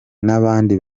n’abandi